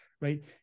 right